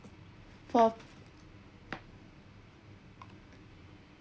for